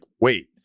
wait